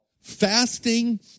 fasting